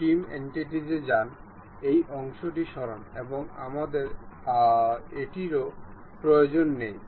trim entities এ যান এই অংশটি সরান এবং আমাদের এটিরও প্রয়োজন নেই